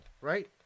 right